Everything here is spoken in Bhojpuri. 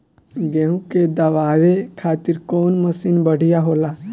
गेहूँ के दवावे खातिर कउन मशीन बढ़िया होला?